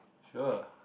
sure